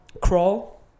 Crawl